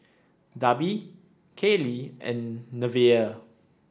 Darby Kailey and Nevaeh